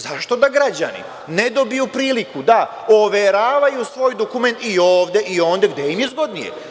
Zašto da građani ne dobiju priliku da overavaju svoj dokument i ovde i onde, gde im je zgodnije?